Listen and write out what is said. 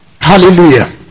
hallelujah